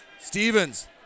Stevens